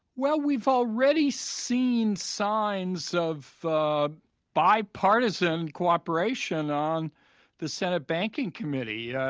well, we've already seen signs of bipartisan cooperation on the senate banking committee, yeah